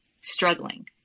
struggling